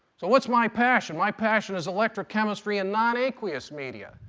so what's my passion? my passion is electrochemistry in nonaqueous media.